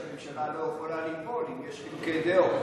שהממשלה לא יכולה ליפול אם יש חילוקי דעות.